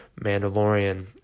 Mandalorian